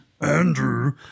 Andrew